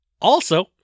Also-